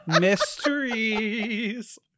Mysteries